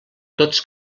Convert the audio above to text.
tots